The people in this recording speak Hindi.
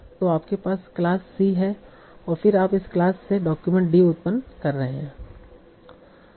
तो आपके पास क्लास C है और फिर आप इस क्लास से डॉक्यूमेंट d उत्पन्न कर रहे हैं